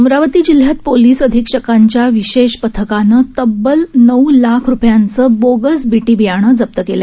अमरावती जिल्ह्यात पोलिस अधीक्षकांच्या विशेष पथकाने तब्बल नऊ लाख रुपयांचं बोगस बीटी बियाणे जप्त केलं